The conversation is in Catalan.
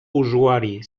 usuari